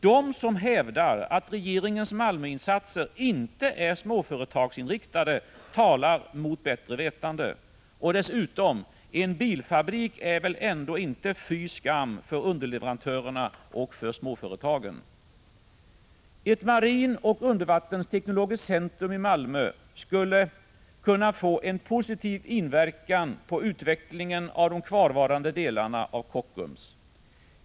De som hävdar att regeringens Malmöinsatser inte är småföretagsinriktade talar mot bättre vetande. Och dessutom — en bilfabrik är väl ändå inte fy skam för underleverantörerna och för småföretagen! Ett marinoch undervattensteknologiskt centrum i Malmö skulle kunna få en positiv inverkan på utvecklingen av de kvarvarande delarna av Kockums.